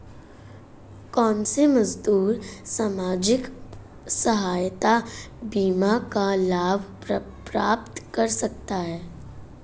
कौनसे मजदूर सामाजिक सहायता बीमा का लाभ प्राप्त कर सकते हैं?